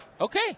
Okay